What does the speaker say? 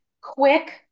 quick